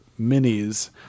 minis